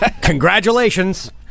Congratulations